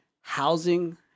housing